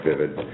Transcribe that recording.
vivid